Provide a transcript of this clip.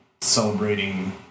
celebrating